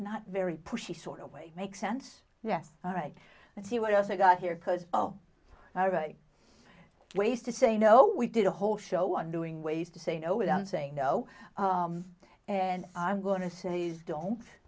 not very pushy sort of way makes sense yes all right let's see what else i got here because oh all right ways to say no we did a whole show on doing ways to say no without saying no and i'm going to say don't